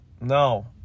no